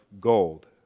gold